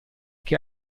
che